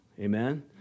Amen